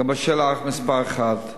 לגבי שאלה מס' 1,